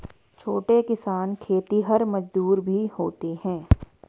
छोटे किसान खेतिहर मजदूर भी होते हैं